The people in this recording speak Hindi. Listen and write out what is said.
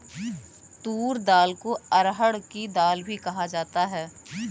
तूर दाल को अरहड़ की दाल भी कहा जाता है